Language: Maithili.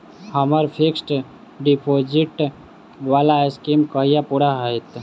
हम्मर फिक्स्ड डिपोजिट वला स्कीम कहिया पूरा हैत?